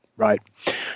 right